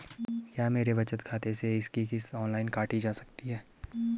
क्या मेरे बचत खाते से इसकी किश्त ऑनलाइन काटी जा सकती है?